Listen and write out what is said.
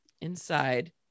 inside